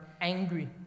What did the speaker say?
angry